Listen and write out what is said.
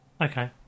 Okay